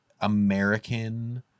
american